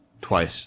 twice